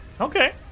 Okay